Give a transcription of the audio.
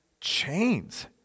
chains